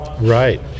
Right